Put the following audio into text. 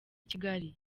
kigali